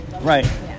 right